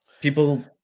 people